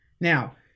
Now